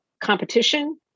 competition